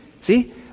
See